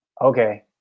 okay